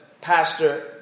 Pastor